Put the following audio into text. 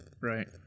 Right